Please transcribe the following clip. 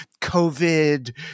COVID